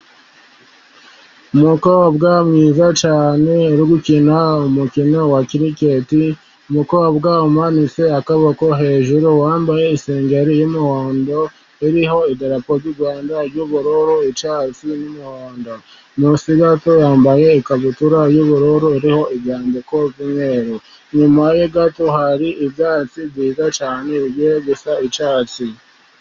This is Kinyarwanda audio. Umukobwa mwiza cyane uri gukina umukino wa kiriketi, umukobwa umanitse akaboko hejuru wambaye isengeri y'umuhondo iriho idarapo ry'u Rwanda ry'ubururu, icyatsi n'umuhondo munsi gato yambaye ikabutura y'ubururu iriho inyandikoko y'umweru, inyuma ye gato hariho ibyatsi byiza cyane bigiye gusa n'icyatsi.